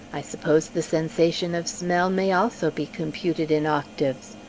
i suppose the sensation of smell may also be computed in octaves.